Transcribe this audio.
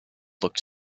looked